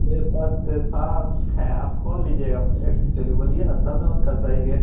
मेरे पास तो सारा है आप कौन लीजिएगा एक्चुअली बोलिए ना तब ना उसका सही रेट